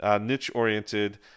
niche-oriented